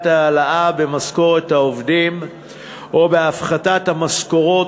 העלאה במשכורת העובדים או בהפחתת המשכורות,